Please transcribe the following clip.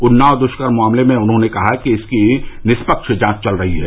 उन्नाव दुष्कर्म मामले में उन्होंने कहा कि इसकी निष्पक्ष जांच चल रही है